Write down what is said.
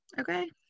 Okay